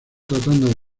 tratando